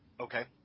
Okay